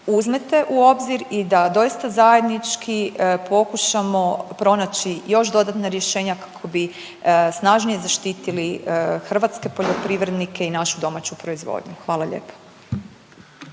uzmete u obzir i da doista zajednički pokušamo pronaći još dodatna rješenja kako bi snažnije zaštitili hrvatske poljoprivrednike i našu domaću proizvodnju, hvala lijepo.